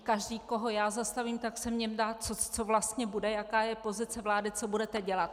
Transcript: Každý, koho já zastavím, tak se mě ptá, co vlastně bude, jaká je pozice vlády, co budete dělat.